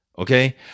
Okay